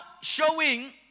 showing